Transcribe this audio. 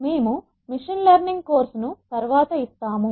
మేము machine learning course ను తరువాత ఇస్తాము